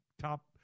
top